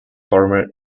former